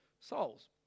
souls